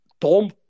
Tom